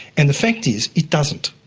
and the fact is, it doesn't.